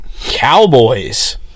Cowboys